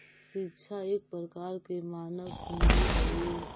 शिक्षा एक प्रकार के मानव पूंजी हइ